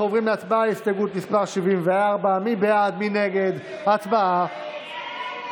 בעד, 51, נגד, 60,